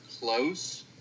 close